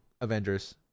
Avengers